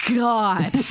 god